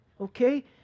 Okay